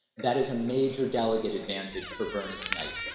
that is a major delegate advantage for bernie tonight,